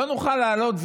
לא נוכל לעלות,